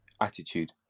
attitude